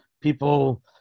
people